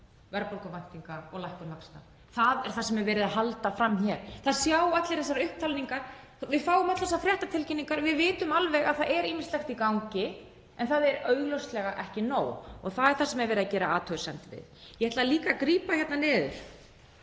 verðbólguvæntinga og lækkun vaxta. Það er það sem er verið að halda fram hér. Það sjá allir þessar upptalningar, við fáum öll þessar fréttatilkynningar og við vitum alveg að það er ýmislegt í gangi en það er augljóslega ekki nóg og það er það sem er verið að gera athugasemd við. Ég ætla líka að grípa niður